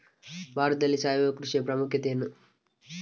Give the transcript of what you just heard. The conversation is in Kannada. ಭಾರತದಲ್ಲಿ ಸಾವಯವ ಕೃಷಿಯ ಪ್ರಾಮುಖ್ಯತೆ ಎನು?